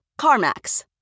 CarMax